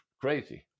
crazy